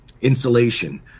insulation